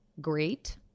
great